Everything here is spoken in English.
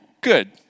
good